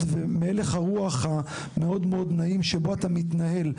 והלך הרוח המאוד נעים שבו אתה מתנהל.